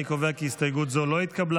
אני קובע כי הסתייגות זו לא התקבלה.